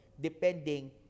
depending